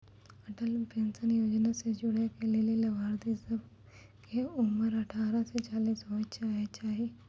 Atal pension योजना से जुड़ै के लेली लाभार्थी सभ के उमर अठारह से चालीस साल होय के चाहि